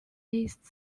east